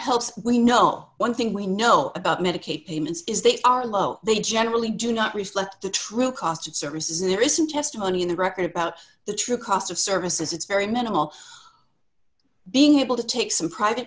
helps we know one thing we know about medicaid payments is they are low they generally do not reflect the true cost of services in recent testimony in the record about the true cost of services it's very minimal being able to take some private